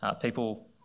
People